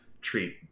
treat